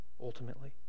ultimately